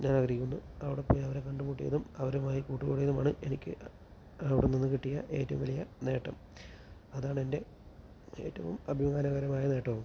ഞാൻ ആഗ്രഹിക്കുന്നു അവിടെപ്പോയി അവരെ കണ്ടുമുട്ടിയതും അവരുമായി കൂട്ടു കൂടിയതുമാണ് എനിക്ക് അവിടെ നിന്നും കിട്ടിയ ഏറ്റവും വലിയ നേട്ടം അതാണ് എൻ്റെ ഏറ്റവും അഭിമാനകരമായ നേട്ടവും